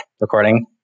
recording